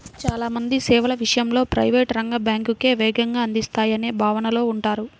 చాలా మంది సేవల విషయంలో ప్రైవేట్ రంగ బ్యాంకులే వేగంగా అందిస్తాయనే భావనలో ఉంటారు